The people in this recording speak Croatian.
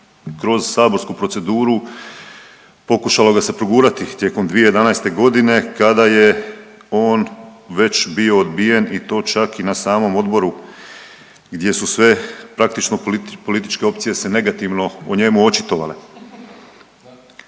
kroz saborsku proceduru, pokušalo ga se progurati tijekom 2011. g. kada je on već bio odbijen i to čak i na samom odboru gdje su sve praktično političke opcije se negativno o njemu očitovale.